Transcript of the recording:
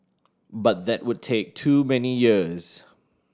but that would take too many years